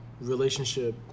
relationship